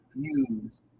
use